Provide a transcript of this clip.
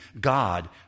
God